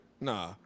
Nah